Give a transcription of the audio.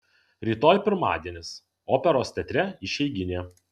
rytoj pirmadienis operos teatre išeiginė